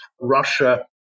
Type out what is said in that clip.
Russia